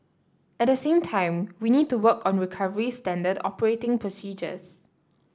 at the same time we need to work on recovery standard operating procedures